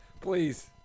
Please